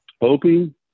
Hoping